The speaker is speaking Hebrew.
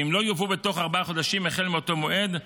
ואם לא יובאו בתוך ארבעה חודשים מאותו מועד,